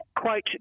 quote